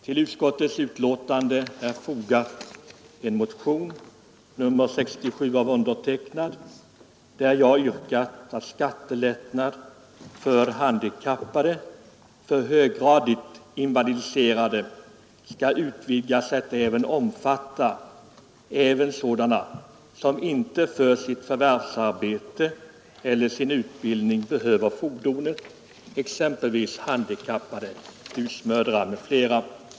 I utskottets betänkande behandlas en motion av mig, nr 67, där jag yrkar att skattelättnader för höggradigt invalidiserade skall utvidgas till att även omfatta sådana som inte för sitt förvärvsarbete eller sin utbildning behöver fordonet, exempelvis handikappade husmödrar.